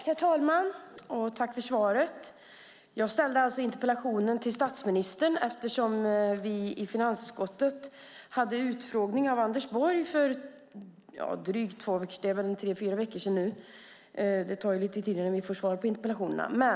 Herr talman! Tack för svaret! Jag ställde interpellationen till statsministern eftersom vi i finansutskottet hade en utfrågning av Anders Borg för tre till fyra veckor sedan. Det tar lite tid innan vi får svar på interpellationerna.